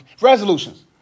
resolutions